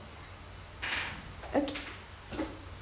okay